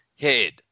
head